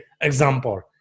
example